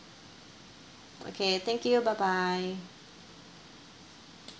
okay thank you bye bye